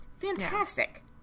Fantastic